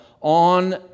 on